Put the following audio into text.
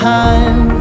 time